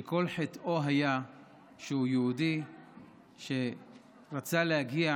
שכל חטאו היה שהוא יהודי שרצה להגיע